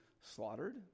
slaughtered